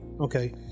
okay